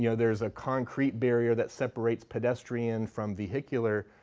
yeah there's a concrete barrier that separates pedestrian from vehicular